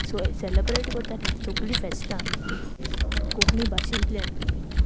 so celebrate कोता हीं सोगळीं फेस्तां आमी कोंकणी भाशेंतल्यान